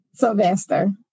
Sylvester